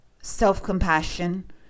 self-compassion